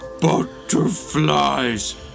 Butterflies